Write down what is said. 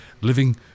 Living